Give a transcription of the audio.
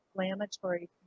inflammatory